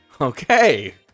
Okay